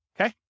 Okay